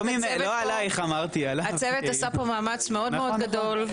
הצוות עשה פה מאמץ מאוד גדול.